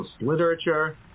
literature